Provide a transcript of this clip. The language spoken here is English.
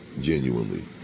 genuinely